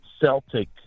Celtic